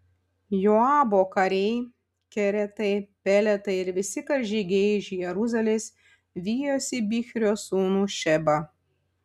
joabo kariai keretai peletai ir visi karžygiai iš jeruzalės vijosi bichrio sūnų šebą